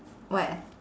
what